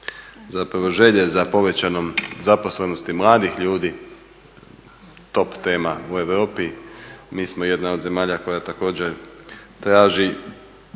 zapravo želje za povećanom zaposlenosti mladih ljudi, top tema u Europi. Mi smo jedna od zemalja koja također traži